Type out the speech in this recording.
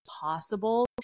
possible